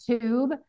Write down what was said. tube